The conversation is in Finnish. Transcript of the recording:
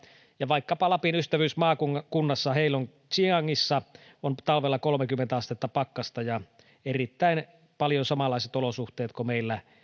ja vaikkapa lapin ystävyysmaakunnassa heilongjiangissa on talvella kolmekymmentä astetta pakkasta ja erittäin paljon samanlaiset olosuhteet kuin meillä